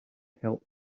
helped